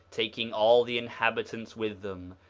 taking all the inhabitants with them,